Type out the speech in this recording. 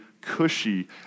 cushy